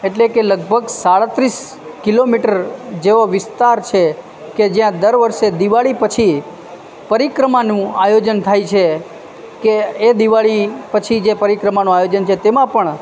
એટલે કે લગભગ સાડત્રીસ કિલોમીટર જેવો વિસ્તાર છે કે જ્યાં દર વર્ષે દિવાળી પછી પરિક્રમાનું આયોજન થાય છે કે એ દિવાળી પછી જે પરિક્રમાનું આયોજન છે તેમાં પણ